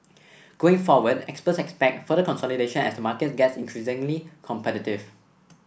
going forward experts expect further consolidation as the market gets increasingly competitive